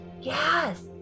Yes